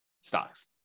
stocks